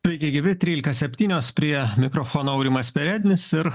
sveiki gyvi trylika septynios prie mikrofono aurimas perednis ir